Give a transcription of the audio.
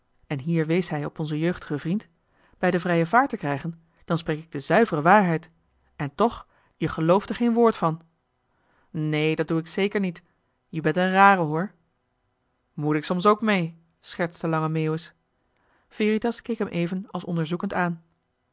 en hier wees hij op onzen jeugdigen vriend bij de vrije vaart te krijgen dan spreek ik de zuivere waarheid en toch je gelooft er geen woord van neen dat doe ik zeker niet je bent een rare hoor moet ik soms ook mee schertste lange meeuwis veritas keek hem even als onderzoekend aan